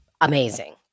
amazing